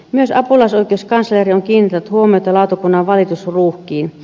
myös apulaisoikeuskansleri on kiinnittänyt huomiota lautakunnan valitusruuhkiin